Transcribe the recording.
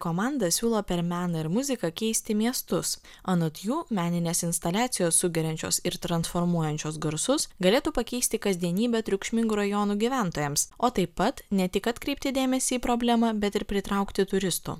komanda siūlo per meną ir muziką keisti miestus anot jų meninės instaliacijos sugeriančios ir transformuojančios garsus galėtų pakeisti kasdienybę triukšmingų rajonų gyventojams o taip pat ne tik atkreipti dėmesį į problemą bet ir pritraukti turistų